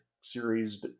series